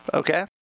okay